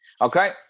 Okay